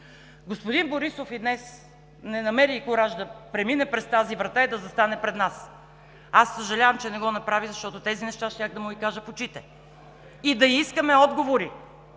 Господин Борисов и днес не намери кураж да премине през тази врата и да застане пред нас. Аз съжалявам, че не го направи, защото тези неща щях да му ги кажа в очите и да искаме отговори.